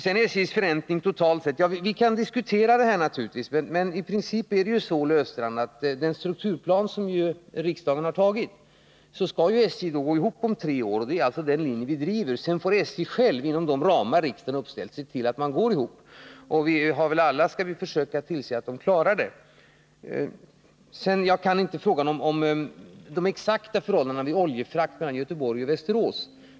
Beträffande SJ:s förräntning totalt sett vill jag säga: Ja, vi kan naturligtvis diskutera den saken, men i princip är det så, Olle Östrand, att i enlighet med den strukturplan som riksdagen har antagit skall SJ gå ihop om tre år. Det är alltså den linje vi driver. Sedan får SJ inom de ramar som riksdagen fastställt se till att det verkligen också går ihop. Alla skall vi försöka se till att man klarar det. Jag känner inte exakt till förhållandena beträffande oljefrakterna mellan Göteborg och Västerås.